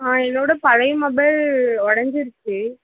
ஆ என்னோட பழைய மொபைல் உடஞ்சிருச்சி